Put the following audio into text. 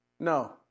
No